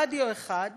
רדיו אחד,